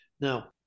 Now